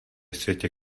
světě